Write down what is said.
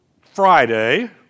Friday